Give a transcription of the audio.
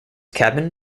cabin